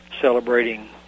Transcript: celebrating